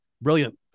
Brilliant